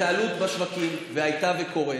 התקהלות בשווקים, הייתה וקורית,